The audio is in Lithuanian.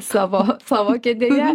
savo savo kėdėje